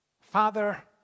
Father